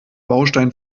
baustein